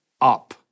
up